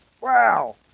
Wow